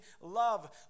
love